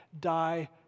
die